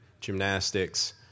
gymnastics